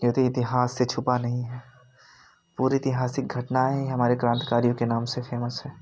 यदि इतिहास से छुपा नहीं है पूरे ऐतिहासिक घटनाएँ हमारे क्रांतिकारियों के नाम से फेमस है